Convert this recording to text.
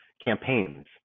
campaigns